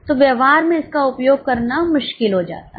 तो व्यवहार में इसका उपयोग करना मुश्किल हो जाता है